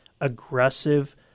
aggressive